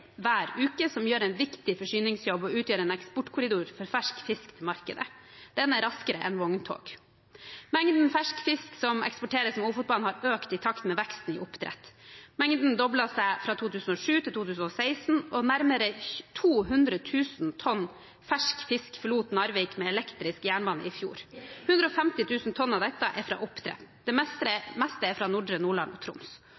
hver uke som gjør en viktig forsyningsjobb, og som utgjør en eksportkorridor for fersk-fisk-markedet. Den er raskere enn vogntog. Mengden fersk fisk som eksporteres med Ofotbanen, har økt i takt med veksten i oppdrett. Mengden doblet seg fra 2007 til 2016, og nærmere 200 000 tonn fersk fisk forlot Narvik med elektrisk jernbane i fjor. 150 000 tonn av dette er fra oppdrett. Det meste er fra nordre Nordland og Troms.